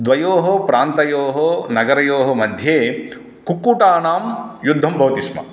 द्वयोः प्रन्तयोः नगरयोः मध्ये कुक्कुटानां युद्धं भवति स्म